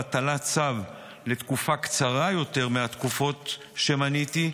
הטלת צו לתקופה קצרה יותר מהתקופות שמניתי,